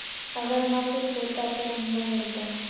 अगर न कुछ होता तो न मिलता?